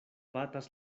batas